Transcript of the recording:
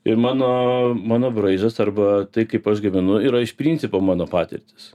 ir mano mano braižas arba tai kaip aš gyvenu yra iš principo mano patirtys